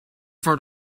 for